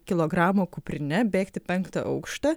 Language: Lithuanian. kilogramų kuprine bėgt į penktą aukštą